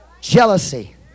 jealousy